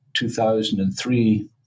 2003